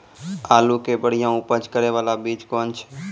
आलू के बढ़िया उपज करे बाला बीज कौन छ?